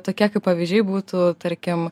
tokie kaip pavyzdžiai būtų tarkim